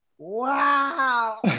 Wow